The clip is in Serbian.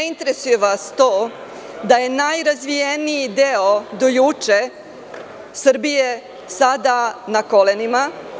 Ne interesuje vas to da je najrazvijeniji deo do juče Srbije sada na kolenima.